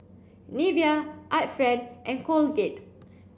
Nivea Art Friend and Colgate